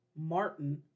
Martin